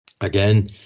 again